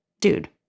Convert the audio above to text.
dude